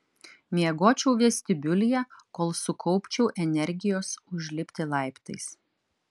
miegočiau vestibiulyje kol sukaupčiau energijos užlipti laiptais